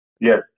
Yes